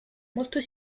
molto